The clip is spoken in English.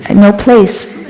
and no place.